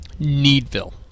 Needville